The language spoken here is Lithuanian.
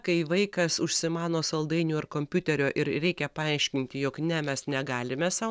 kai vaikas užsimano saldainių ar kompiuterio ir reikia paaiškinti jog ne mes negalime sau